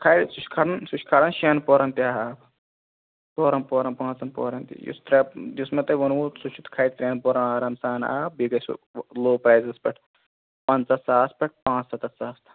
کھالہِ سُہ چھُ کھالن سُہ چھُ کھالان شیٚن پوٚرَن تہِ آب پوٚرَن پوٚرَن پانٛژن پوٚرَن تہِ یُس ترٛےٚ یُس مےٚ تۄہہِ ووٚنوٕ سُہ چھُ کھالہِ ترٛیٚن پوٚرَن آرام سان آب بیٚیہِ گَژھِ سُہ لو لو پرایزَس پیٚٹھ پَنٛژاہ ساس پیٚٹھٕ پانٛژسَتَتھ تام